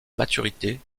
maturité